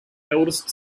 eldest